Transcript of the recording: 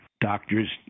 doctors